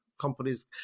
companies